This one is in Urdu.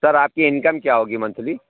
سر آپ کی انکم کیا ہوگی منتھلی